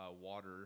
water –